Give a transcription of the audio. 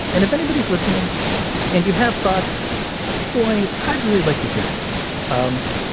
and if anybody is listening and you have thoughts boy i'd really like to hear from you um